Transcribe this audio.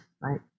right